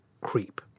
creep